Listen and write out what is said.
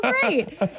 great